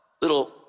Little